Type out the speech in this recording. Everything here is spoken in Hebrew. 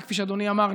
שכפי שאדוני אמר,